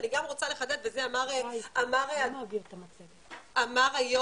אני גם רוצה לחדד וכן אמר היושב ראש בהתחלה,